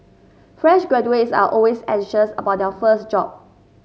fresh graduates are always anxious about their first job